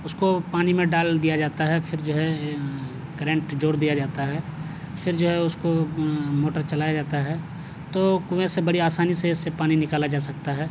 اس کو پانی میں ڈال دیا جاتا ہے پھر جو ہے کرنٹ جوڑ دیا جاتا ہے پھر جو ہے اس کو موٹر چلایا جاتا ہے تو کنویں سے بڑی آسانی سے اس سے پانی نکالا جا سکتا ہے